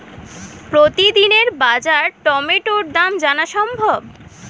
প্রতিদিনের বাজার টমেটোর দাম জানা সম্ভব?